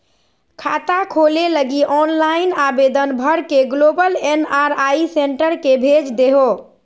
खाता खोले लगी ऑनलाइन आवेदन भर के ग्लोबल एन.आर.आई सेंटर के भेज देहो